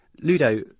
Ludo